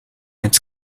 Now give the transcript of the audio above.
its